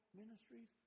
ministries